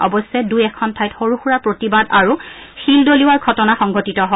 অৰশ্যে দুই এখন ঠাইত সৰু সুৰা প্ৰতিবাদ আৰু শিল দলিওৱাৰ ঘটনা সংঘটিত হয়